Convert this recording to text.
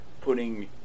putting